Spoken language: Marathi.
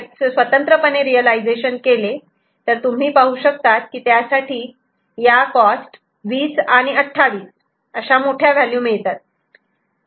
D आणि जर तुम्ही स्वतंत्रपणे प्रयत्न केला तर तुम्ही पाहू शकतात त्यासाठी या 20 आणि 28 अशा मोठ्या व्हॅल्यू मिळतात